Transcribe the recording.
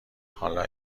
حالا